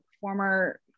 former